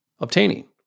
obtaining